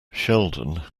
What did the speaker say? sheldon